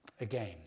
again